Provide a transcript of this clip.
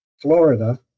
Florida